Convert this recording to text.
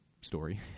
story